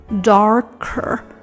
darker